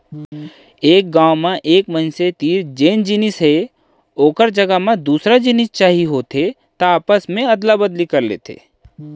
गाँव म एक मनसे तीर जेन जिनिस हे ओखर जघा म दूसर जिनिस चाही होथे त आपस मे अदला बदली कर लेथे